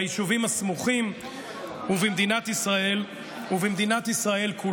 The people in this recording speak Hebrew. ביישובים הסמוכים ובמדינת ישראל כולה.